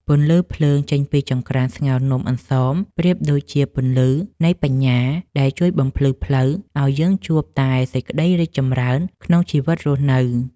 ពន្លឺភ្លើងចេញពីចង្ក្រានស្ងោរនំអន្សមប្រៀបដូចជាពន្លឺនៃបញ្ញាដែលជួយបំភ្លឺផ្លូវឱ្យយើងជួបតែសេចក្ដីរីកចម្រើនក្នុងជីវិតរស់នៅ។